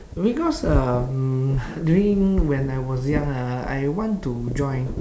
because um during when I was young ah I want to join